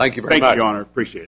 like you but i don't appreciate